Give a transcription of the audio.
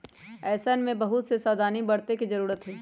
ऐसन में बहुत से सावधानी बरते के जरूरत हई